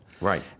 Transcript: Right